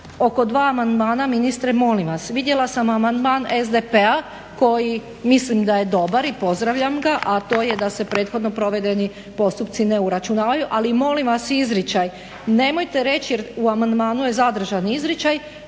oko dva amandmana ministre molim vas. Vidjela sam amandman SDP-a koji mislim da je dobar i pozdravljam ga, a to je da se prethodno provedeni postupci ne uračunavaju, ali molim vas izričaj nemojte reći jer u amandmanu je zadržan izričaj